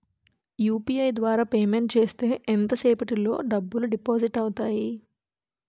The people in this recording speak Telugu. యు.పి.ఐ ద్వారా పేమెంట్ చేస్తే ఎంత సేపటిలో డబ్బులు డిపాజిట్ అవుతాయి?